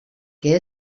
que